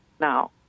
now